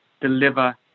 deliver